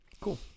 Cool